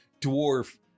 dwarf